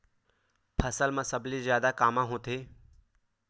फसल मा सबले जादा कामा होथे?